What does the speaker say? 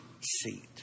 seat